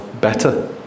better